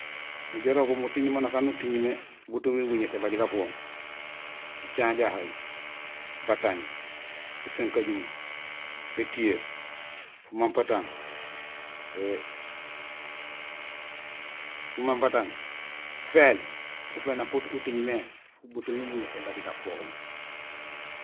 Nijoow irogul muting maan aan uting mé butumi buŋéés ébaaj gafooŋ: jicaŋéén jahay, bataaj, ésankajumo, étiyee, fumampatang, é fumampatang, féél ufé nak uting mé butumi buŋéés ébaaj gafooŋ.